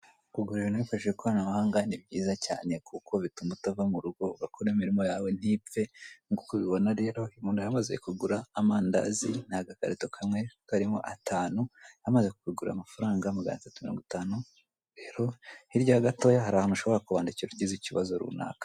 Kugura ibintu wifashishije ikoranabuhanga ni byiza cyane kuko bituma utava mu rugo, ugakora imirimo yawe ntipfe. Nk'uko mubibona rero uyu muntu yari amaze kugura amandazi ni agakarito kamwe karimo atantu, yari amaze kubigura amafaranga magana atatu mirongo itanu; rero hirya yaho gatoya hari ahantu ushobora kubandikira ugize ikibazo runaka.